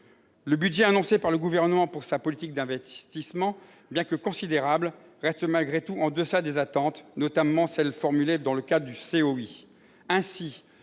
Le budget annoncé par le Gouvernement pour sa politique d'investissement, bien que considérable, reste malgré tout en deçà des attentes, notamment celles qui ont été formulées dans le cadre du